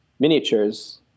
miniatures